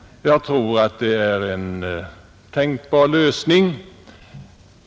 Jag tror att den är en tänkbar lösning.